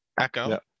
Echo